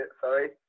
sorry